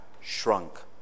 shrunk